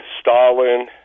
Stalin